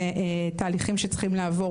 תהליכים שהן צריכות לעבור,